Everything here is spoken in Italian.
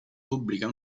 pubblica